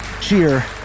Cheer